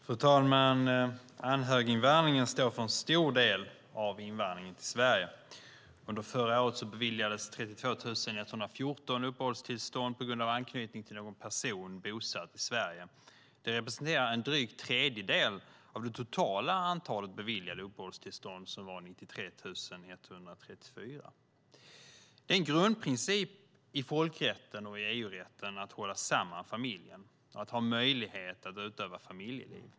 Fru talman! Anhöriginvandringen står för en stor del av invandringen till Sverige. Under förra året beviljades 32 114 uppehållstillstånd på grund av anknytning till någon person bosatt i Sverige. Det representerar drygt en tredjedel av det totala antalet beviljade uppehållstillstånd som var 93 134. Det är en grundprincip i folkrätten och i EU-rätten att hålla samman familjen och att man ska ha möjlighet att utöva familjeliv.